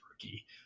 rookie